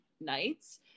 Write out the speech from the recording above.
nights